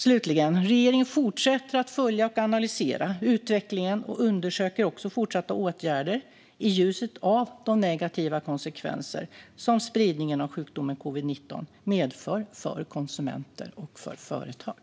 Slutligen: Regeringen fortsätter att följa och analysera utvecklingen och undersöker också fortsatta åtgärder i ljuset av de negativa konsekvenser som spridningen av sjukdomen covid-19 medför för konsumenter och företag.